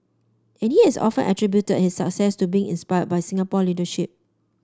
and he has often attributed its success to being inspired by Singapore leadership